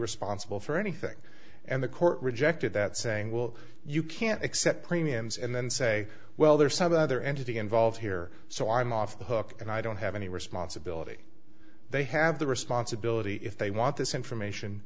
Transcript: responsible for anything and the court rejected that saying well you can't accept premiums and then say well there's some other entity involved here so i'm off the hook and i don't have any responsibility they have the responsibility if they want this information